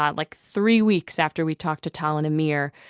but like three weeks after we talked to tal and amir,